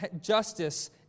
justice